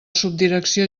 subdirecció